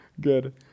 Good